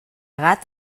gat